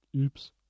Oops